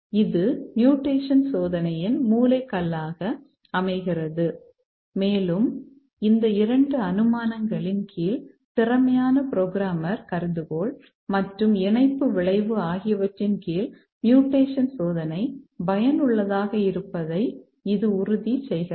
இது மியூடேஷன் சோதனையின் மூலக்கல்லாக அமைகிறது மேலும் இந்த இரண்டு அனுமானங்களின் கீழ் திறமையான புரோகிராமர் கருதுகோள் மற்றும் இணைப்பு விளைவு ஆகியவற்றின் கீழ் மியூடேஷன் சோதனை பயனுள்ளதாக இருப்பதை இது உறுதி செய்கிறது